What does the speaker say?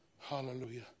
Hallelujah